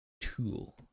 tool